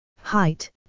Height